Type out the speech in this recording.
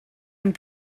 amb